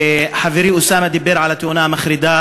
וחברי אוסאמה דיבר על התאונה המחרידה